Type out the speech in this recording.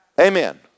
Amen